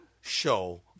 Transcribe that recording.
show